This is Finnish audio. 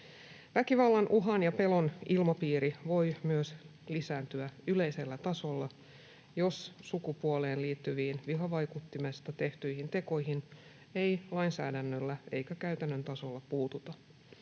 Väkivallan uhan ja pelon ilmapiiri voi lisääntyä myös yleisellä tasolla, jos sukupuoleen liittyviin vihavaikuttimesta tehtyihin tekoihin ei lainsäädännöllä eikä käytännön tasolla puututa.